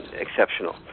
exceptional